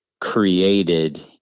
created